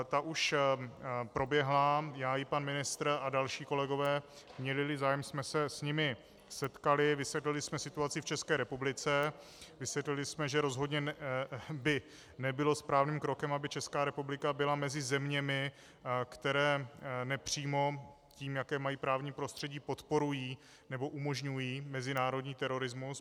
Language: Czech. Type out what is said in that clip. Ta už proběhla, já i pan ministr a další kolegové jsme se s nimi setkali, vysvětlili jsme situaci v České republice, vysvětlili jsme, že by rozhodně nebylo správným krokem, aby Česká republika byla mezi zeměmi, které nepřímo tím, jaké mají právní prostředí, podporují nebo umožňují mezinárodní terorismus.